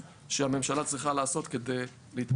שהממשלה צריכה לעשות כדי להתמודד עם זה.